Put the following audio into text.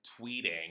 tweeting